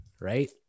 Right